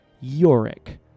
Yorick